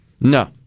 No